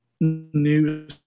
new